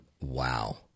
Wow